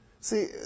See